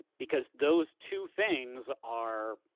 because those two things are,